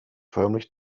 förmlich